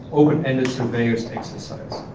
open ended surveyor's exercise.